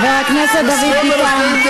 חבר הכנסת דוד ביטן.